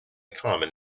common